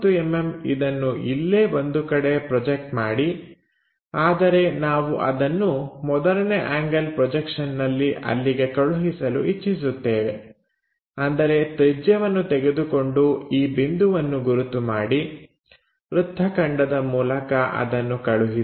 30mm ಇದನ್ನು ಇಲ್ಲೇ ಒಂದು ಕಡೆ ಪ್ರೊಜೆಕ್ಟ್ ಮಾಡಿ ಆದರೆ ನಾವು ಅದನ್ನು ಮೊದಲನೇ ಆಂಗಲ್ ಪ್ರೊಜೆಕ್ಷನ್ ನಲ್ಲಿ ಅಲ್ಲಿಗೆ ಕಳುಹಿಸಲು ಇಚ್ಚಿಸುತ್ತೇವೆ ಅಂದರೆ ತ್ರಿಜ್ಯವನ್ನು ತೆಗೆದುಕೊಂಡು ಈ ಬಿಂದುವನ್ನು ಗುರುತು ಮಾಡಿ ವೃತ್ತ ಖಂಡದ ಮೂಲಕ ಇದನ್ನು ಕಳುಹಿಸಿ